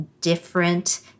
different